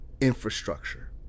infrastructure